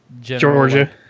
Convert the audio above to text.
Georgia